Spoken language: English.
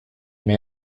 may